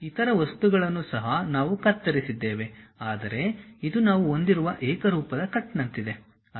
ಇತರ ವಸ್ತುಗಳನ್ನು ಸಹ ನಾವು ಕತ್ತರಿಸಿದ್ದೇವೆ ಆದರೆ ಇದು ನಾವು ಹೊಂದಿರುವ ಏಕರೂಪದ ಕಟ್ನಂತಿದೆ